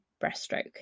breaststroke